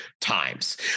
times